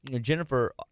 Jennifer